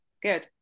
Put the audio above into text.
Good